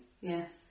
Yes